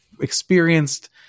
experienced